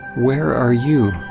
where are you?